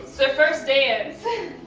so first dance.